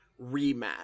rematch